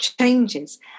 changes